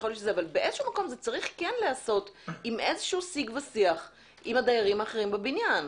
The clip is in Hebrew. אבל זה צריך כן להיעשות עם שיח ושיח עם הדיירים האחרים בבניין.